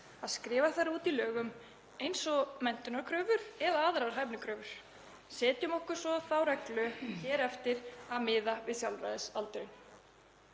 að skrifa þær út í lögum eins og menntunarkröfur eða aðrar hæfnikröfur. Setjum okkur svo þá reglu hér eftir að miða við sjálfræðisaldurinn.